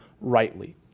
rightly